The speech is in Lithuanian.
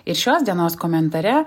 ir šios dienos komentare